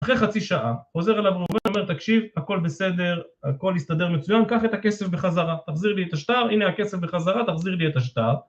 אחרי חצי שעה, חוזר אליו והוא אומר תקשיב, הכל בסדר, הכל הסתדר מצויין, קח את הכסף בחזרה, תחזיר לי את השטר, הנה הכסף בחזרה, תחזיר לי את השטר